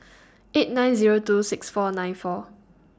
eight nine Zero two six four nine four